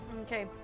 Okay